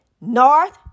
north